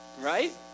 Right